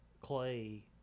Clay